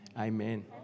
Amen